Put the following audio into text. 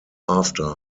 after